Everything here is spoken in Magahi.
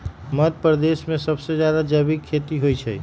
मध्यप्रदेश में सबसे जादा जैविक खेती होई छई